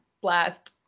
blast